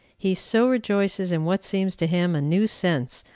he so rejoices in what seems to him a new sense,